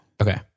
Okay